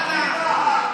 בהצבעה.